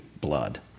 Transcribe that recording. blood